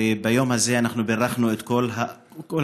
וביום הזה אנחנו בירכנו את כל המורים.